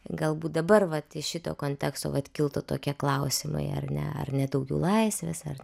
galbūt dabar vat iš šito konteksto vat kiltų tokie klausimai ar ne ar ne daugiau laisvės ar